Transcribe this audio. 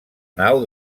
nau